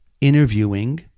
interviewing